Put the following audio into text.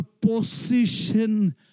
position